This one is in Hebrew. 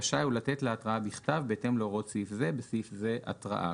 רשאי הוא לתת לה התראה בכתב בהתאם להוראות סעיף זה (בסעיף זה - התראה).